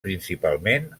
principalment